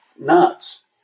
nuts